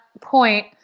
point